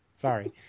Sorry